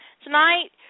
Tonight